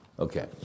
Okay